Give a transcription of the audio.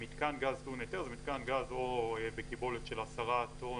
מיתקן גז טעון היתר זה מיתקן גז או בקיבולת של 10 טון